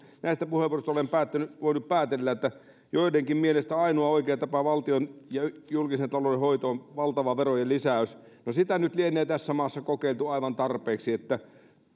näistä puheenvuoroista olen voinut päätellä että joidenkin mielestä ainoa oikea tapa valtion ja julkisen talouden hoitoon on valtava verojen lisäys no sitä nyt lienee tässä maassa kokeiltu aivan tarpeeksi